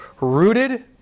rooted